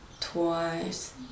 twice